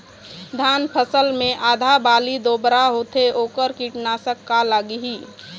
धान फसल मे आधा बाली बोदरा होथे वोकर कीटनाशक का लागिही?